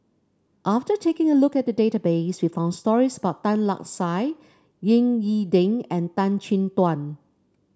after taking a look at the database we found stories about Tan Lark Sye Ying E Ding and Tan Chin Tuan